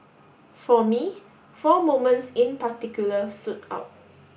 for me four moments in particular stood out